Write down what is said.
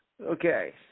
okay